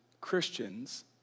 Christians